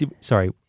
sorry